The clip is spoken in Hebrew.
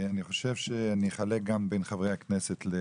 אני אחלק גם בין חברי הכנסת,